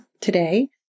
today